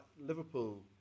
Liverpool